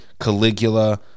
Caligula